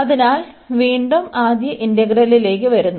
അതിനാൽ വീണ്ടും ആദ്യ ഇന്റഗ്രലിലേക്ക് വരുന്നു